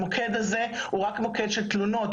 המוקד הזה הוא רק מוקד של תלונות,